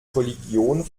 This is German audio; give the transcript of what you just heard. religion